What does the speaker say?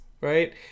right